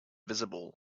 visible